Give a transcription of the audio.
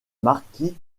marquis